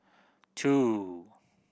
two